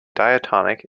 diatonic